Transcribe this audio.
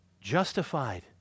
justified